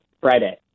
Friday